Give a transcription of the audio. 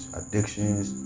addictions